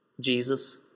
Jesus